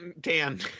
Dan